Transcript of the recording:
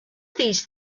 these